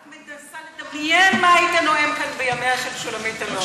אני רק מנסה לדמיין מה היית נואם כאן בימיה של שולמית אלוני.